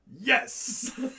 Yes